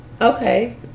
okay